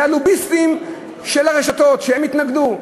היו לוביסטים של הרשתות שהתנגדו.